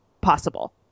possible